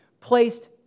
placed